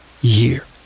year